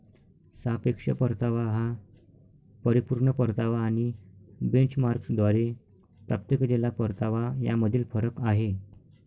सापेक्ष परतावा हा परिपूर्ण परतावा आणि बेंचमार्कद्वारे प्राप्त केलेला परतावा यामधील फरक आहे